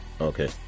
okay